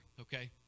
okay